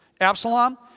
Absalom